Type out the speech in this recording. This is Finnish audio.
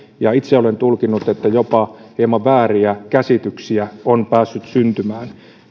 ja itse olen tulkinnut että jopa hieman vääriä käsityksiä on päässyt syntymään